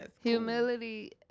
Humility